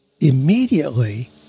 immediately